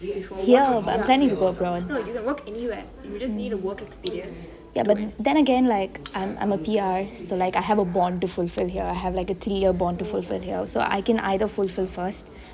here but I'm planning to go abroad ya but then again like I'm a P_R so I have a bond to fulfill here I have like a three year bond to fulfill here so I can either fulfill first